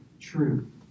true